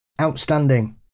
Outstanding